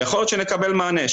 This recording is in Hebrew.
ויכול להיות שנקבל מענה.